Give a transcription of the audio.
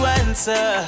answer